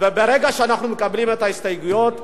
ברגע שאנחנו מקבלים את ההסתייגויות,